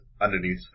Underneath